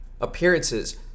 appearances